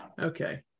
Okay